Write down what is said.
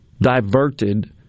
diverted